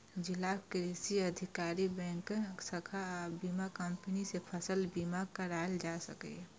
जिलाक कृषि अधिकारी, बैंकक शाखा आ बीमा कंपनी सं फसल बीमा कराएल जा सकैए